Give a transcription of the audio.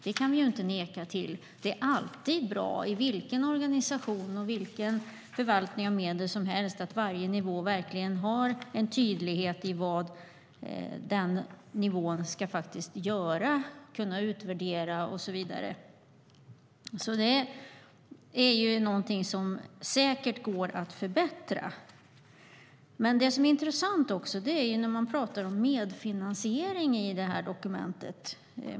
Det kan vi inte neka till. Det är alltid bra, i vilken organisation eller förvaltning som helst, att varje nivå har en tydlighet när det gäller vad den nivån ska göra, kunna utvärdera och så vidare. Detta är något som säkert går att förbättra. Något som också är intressant är vad som sägs om medfinansiering i dokumentet.